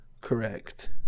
Correct